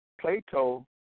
Plato